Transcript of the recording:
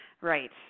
Right